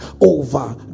over